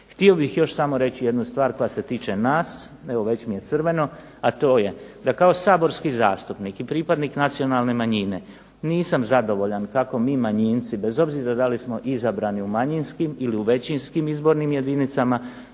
htio bih još samo reći jednu stvar koja se tiče nas, evo već mi je crveno, a to je da kao saborski zastupnik i pripadnik nacionalne manjine nisam zadovoljan kako mi manjinci, bez obzira da li smo izabrani u manjinskim ili u većinskim izbornim jedinicama,